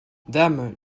dame